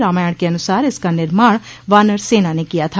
रामायण के अनुसार इसका निर्माण वानर सेना ने किया था